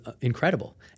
incredible